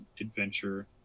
adventure